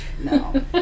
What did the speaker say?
no